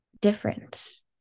difference